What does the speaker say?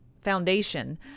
foundation